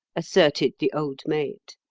asserted the old maid.